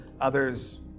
Others